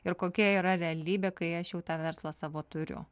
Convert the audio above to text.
ir kokia yra realybė kai aš jau tą verslą savo turiu